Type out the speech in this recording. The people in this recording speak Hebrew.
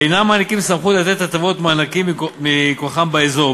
אינם מעניקים סמכות לתת הטבות ומענקים מכוחם באזור,